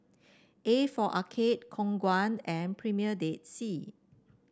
A for Arcade Khong Guan and Premier Dead Sea